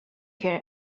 can